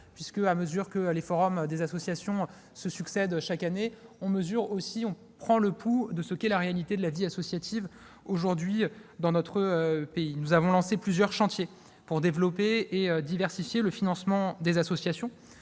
puisque, à mesure que les forums des associations se succèdent chaque année, nous prenons le pouls de ce qu'est aujourd'hui la réalité de la vie associative dans notre pays. Nous avons lancé plusieurs chantiers pour développer et diversifier le financement des associations